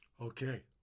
Okay